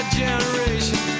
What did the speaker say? generation